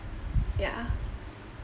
ya uh